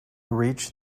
reached